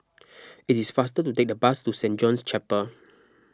it is faster to take the bus to Saint John's Chapel